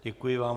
Děkuji vám.